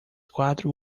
quatro